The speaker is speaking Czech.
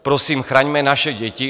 Prosím, chraňme naše děti.